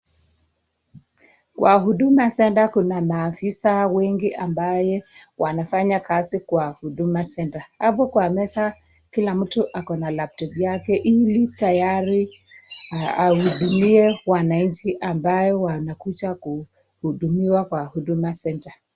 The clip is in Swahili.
Kwa huduma centre kuna maafisa wengi ambaye wanafanya kazi kwa Huduma Centre. Hapo kwa meza, kila mtu ako na laptop yake ili tayari ahudumie wananchi ambao wanakuja kuhudumiwa kwa Huduma Centre